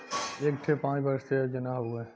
एक ठे पंच वर्षीय योजना हउवे